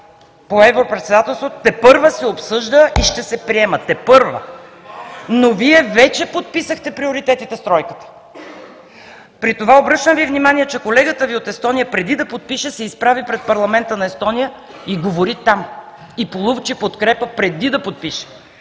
по европредседателство тепърва се обсъжда и ще се приема – тепърва, но Вие вече подписахте приоритетите с тройката. При това, обръщам Ви внимание, че колегата Ви от Естония преди да подпише се изправи пред парламента на Естония и говори там, и получи подкрепа преди да подпише.